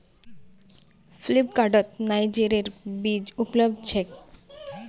फ्लिपकार्टत नाइजरेर बीज उपलब्ध छेक